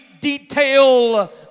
detail